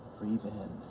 breathe in,